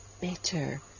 better